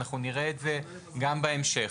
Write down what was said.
ואנחנו נראה את זה גם בהמשך.